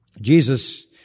Jesus